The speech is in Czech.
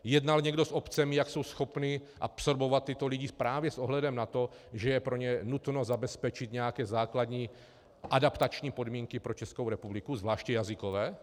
Jednal někdo s obcemi, jak jsou schopny absorbovat tyto lidi právě s ohledem na to, že je pro ně nutno zabezpečit nějaké základní adaptační podmínky pro Českou republiku, zvláště jazykové?